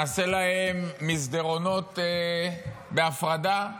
נעשה להן מסדרונות בהפרדה?